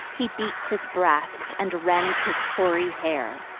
he beats his breast, and rends his hoary hair.